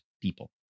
people